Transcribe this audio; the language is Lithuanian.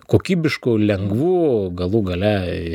kokybiškų lengvų galų gale